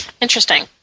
Interesting